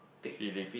kidding